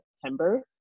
September